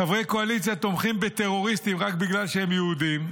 חברי קואליציה תומכים בטרוריסטים רק בגלל שהם יהודים.